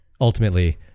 ultimately